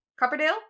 Copperdale